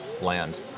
land